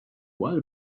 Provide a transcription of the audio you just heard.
while